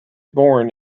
born